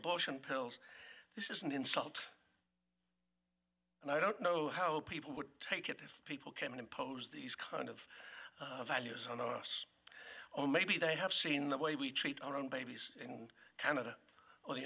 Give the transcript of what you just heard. abortion pills this is an insult and i don't know how people would take it that people can impose these kind of values on us oh maybe they have seen the way we treat our own babies in canada or the